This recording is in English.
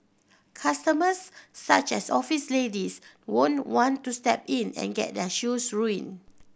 customers such as office ladies won't want to step in and get their shoes ruined